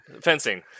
Fencing